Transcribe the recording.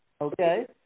okay